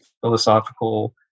philosophical